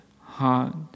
heart